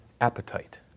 appetite